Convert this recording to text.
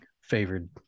favored